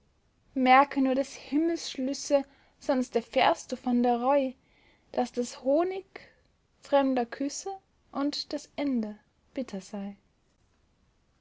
merke nur des himmels schlüsse sonst erfährst du von der reu daß das honig fremder küsse um das ende bitter sei